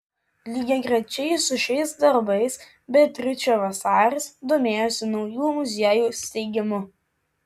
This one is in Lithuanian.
lygiagrečiai su šiais darbais beatričė vasaris domėjosi naujų muziejų steigimu